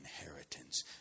inheritance